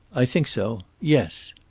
i think so. yes.